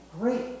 great